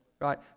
right